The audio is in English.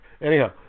Anyhow